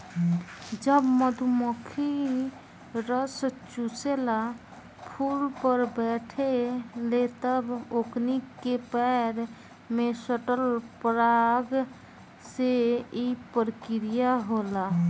जब मधुमखी रस चुसेला फुल पर बैठे ले तब ओकनी के पैर में सटल पराग से ई प्रक्रिया होला